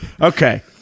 Okay